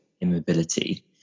immobility